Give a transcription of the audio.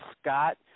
Scott